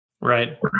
right